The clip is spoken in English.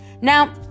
Now